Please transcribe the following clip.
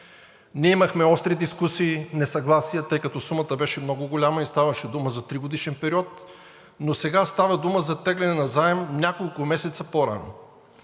Ние имахме остри дискусии, несъгласия, тъй като сумата беше много голяма и ставаше дума за тригодишен период. Но сега става дума за теглене на заем няколко месеца по-рано.